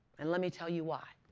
and let me tell you why.